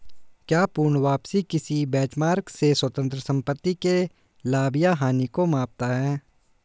क्या पूर्ण वापसी किसी बेंचमार्क से स्वतंत्र संपत्ति के लाभ या हानि को मापता है?